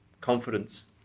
confidence